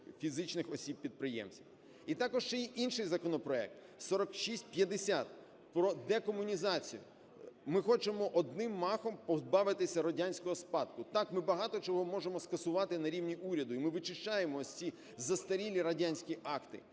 фізичних осіб-підприємців. І також ще є й інший законопроект 4650 про декомунізацію. Ми хочемо одним махом позбавитися радянського спадку. Так, ми багато чого можемо скасувати на рівні уряду, і ми вичищаємо ось ці застарілі радянські акти.